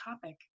topic